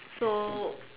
so